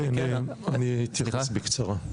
אני אתייחס בקצרה.